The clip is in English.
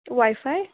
wifi